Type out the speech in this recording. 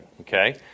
okay